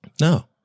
No